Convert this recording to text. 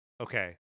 Okay